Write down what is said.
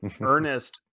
Ernest